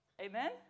Amen